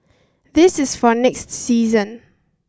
this is for next season